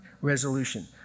resolution